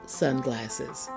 sunglasses